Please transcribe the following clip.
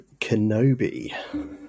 kenobi